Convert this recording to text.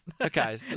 Okay